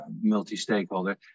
multi-stakeholder